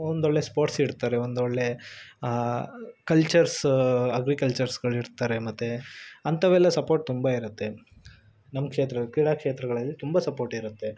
ಒಂದು ಒಳ್ಳೆಯ ಸ್ಪೋರ್ಟ್ಸ್ ಇಡ್ತಾರೆ ಒಂದು ಒಳ್ಳೆಯ ಕಲ್ಚರ್ಸು ಅಗ್ರಿಕಲ್ಚರ್ಸ್ಗಳು ಇಡ್ತಾರೆ ಮತ್ತು ಅಂಥವೆಲ್ಲ ಸಪೋರ್ಟ್ ತುಂಬ ಇರುತ್ತೆ ನಮ್ಮ ಕ್ಷೇತ್ರ ಕ್ರೀಡಾ ಕ್ಷೇತ್ರಗಳಲ್ಲಿ ತುಂಬ ಸಪೋರ್ಟ್ ಇರುತ್ತೆ